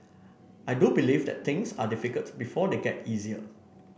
I do believe that things are difficult before they get easier